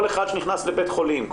כל אחד שנכנס לבית חולים,